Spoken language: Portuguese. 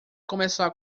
começar